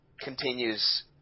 Continues